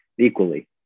equally